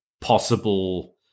possible